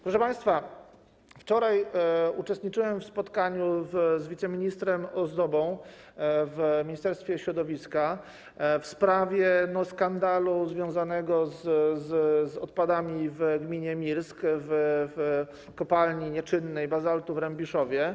Proszę państwa, wczoraj uczestniczyłem w spotkaniu z wiceministrem Ozdobą w Ministerstwie Środowiska w sprawie skandalu związanego z odpadami w gminie Mirsk w nieczynnej kopalni bazaltu w Rębiszowie.